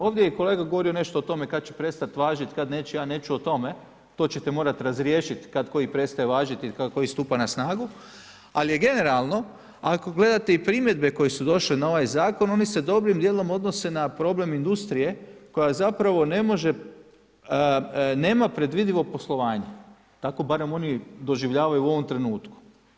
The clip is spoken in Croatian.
Ovdje je i kolega govorio nešto o tome kad će prestat važit, kad neće, ja neću o tome, to ćete morat razriješit kad koji prestaje važit i koji stupa na snagu, ali je generalno ako gledate i primjedbe koje su došle na ovaj zakon, oni se dobrim djelom odnose na problem industrije koja nema predvidivo poslovanje, tako barem oni doživljavaju u ovom trenutku.